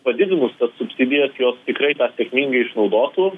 padidinus tas subsidijas jos tikrai tą sėkmingai išnaudotų